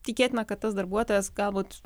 tikėtina kad tas darbuotojas galbūt